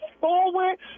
forward